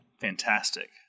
Fantastic